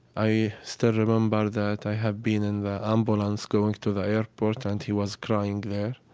i still remember that i had been in the ambulance going to the airport, and he was crying there